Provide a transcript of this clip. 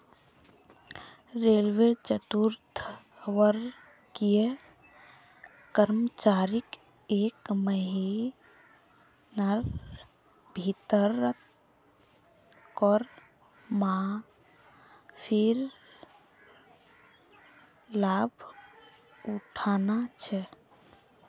railway चतुर्थवर्गीय कर्मचारीक एक महिनार भीतर कर माफीर लाभ उठाना छ